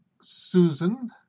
Susan